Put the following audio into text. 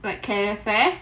like calefare